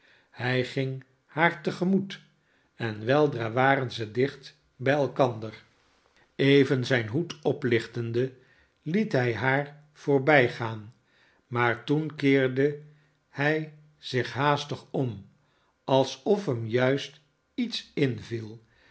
hij ging haar te gemoet en weldra waren zij dicht bij elkander even zijn hoed oplichtende liet hij haar voorbijgaan maar toen keerde hij zich haastig om alsof hem juist iets inviel